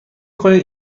کنید